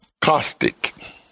caustic